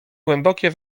głębokie